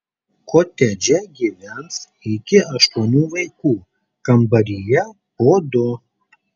kotedže gyvens iki aštuonių vaikų kambaryje po du